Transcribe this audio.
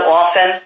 often